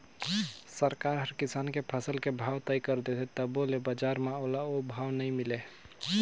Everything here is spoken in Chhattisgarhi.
सरकार हर किसान के फसल के भाव तय कर देथे तभो ले बजार म ओला ओ भाव नइ मिले